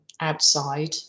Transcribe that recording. outside